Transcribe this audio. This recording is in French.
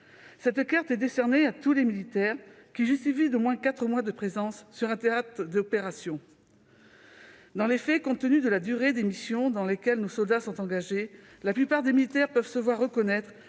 Cette carte est décernée à tous les militaires qui justifient d'au moins quatre mois de présence sur un théâtre d'opérations. Dans les faits, compte tenu de la durée des missions dans lesquelles nos soldats sont engagés, la plupart des militaires peuvent se voir reconnaître